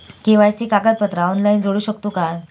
KYC कागदपत्रा online जोडू शकतू का?